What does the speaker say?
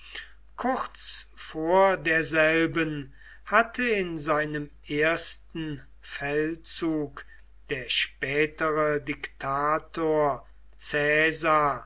kurz vor derselben hatte in seinem ersten feldzug der spätere diktator